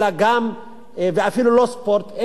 ואפילו לא ספורט,